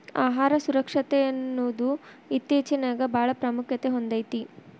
ಆಹಾರ ಸುರಕ್ಷತೆಯನ್ನುದು ಇತ್ತೇಚಿನಬಾಳ ಪ್ರಾಮುಖ್ಯತೆ ಹೊಂದೈತಿ